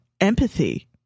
empathy